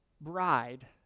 bride